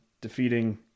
defeating